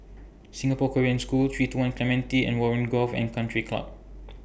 Singapore Korean School three two one Clementi and Warren Golf and Country Club